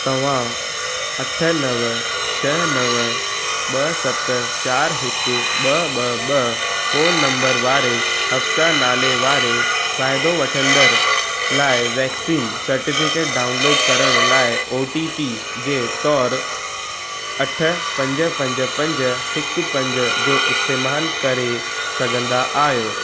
तव्हां अठ नव छह नव ॿ सत चारि हिकु ॿ ॿ ॿ फोन नंबर वारे हफ्साह नाले वारे फ़ाइदो वठंदड़ लाइ वैक्सीन सर्टिफिकेट डाउनलोड करण लाइ ओटीपी जे तौरु अठ पंज पंज पंज हिकु पंज जो इस्तेमालु करे सघंदा आहियो